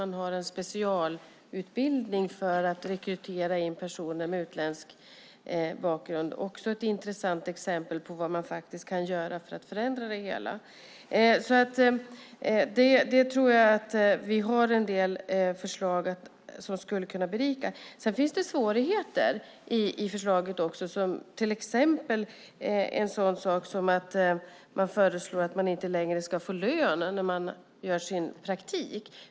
Där har man en specialutbildning för att rekrytera personer med utländsk bakgrund. Det är också ett intressant exempel på vad man kan göra för att förändra det hela. Jag tror att vi har en del förslag som skulle kunna berika detta. Sedan finns det också svårigheter i förslaget, till exempel en sådan sak som att man föreslår att de studerande inte längre ska få lön när de gör sin praktik.